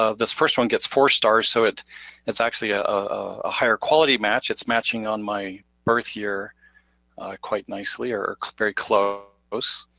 ah this first one gets four stars, so it's it's actually a ah higher quality match. it's matching on my birth year quite nicely or very close.